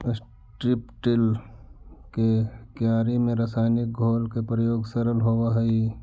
strip till के क्यारि में रसायनिक घोल के प्रयोग सरल होवऽ हई